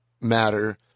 matter